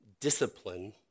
discipline